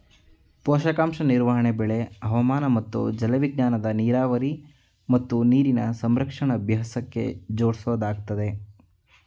ಪೋಷಕಾಂಶ ನಿರ್ವಹಣೆ ಬೆಳೆ ಹವಾಮಾನ ಮತ್ತು ಜಲವಿಜ್ಞಾನನ ನೀರಾವರಿ ಮತ್ತು ನೀರಿನ ಸಂರಕ್ಷಣಾ ಅಭ್ಯಾಸಕ್ಕೆ ಜೋಡ್ಸೊದಾಗಯ್ತೆ